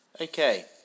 Okay